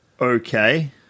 Okay